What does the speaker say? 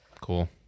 Cool